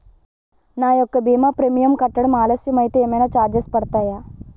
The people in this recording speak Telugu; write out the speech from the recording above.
నా యెక్క భీమా ప్రీమియం కట్టడం ఆలస్యం అయితే ఏమైనా చార్జెస్ పడతాయా?